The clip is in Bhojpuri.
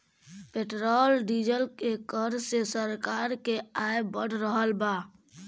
पेट्रोल डीजल के कर से सरकार के आय बढ़ रहल बा